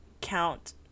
count